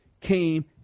came